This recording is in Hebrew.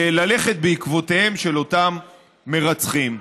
ללכת בעקבותיהם של אותם מרצחים.